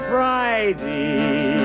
Friday